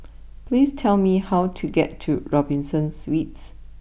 please tell me how to get to Robinson Suites